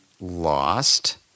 Lost